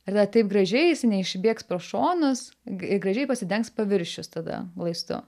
ir tada taip gražiai jisai neišbėgs pro šonus i ir gražiai pasidengs paviršius tada glaistu